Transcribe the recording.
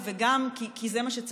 גם את עשרות השנים של העוול,